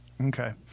Okay